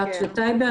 ג'ת וטייבה,